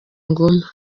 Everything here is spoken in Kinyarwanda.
ngoma